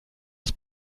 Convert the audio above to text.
aus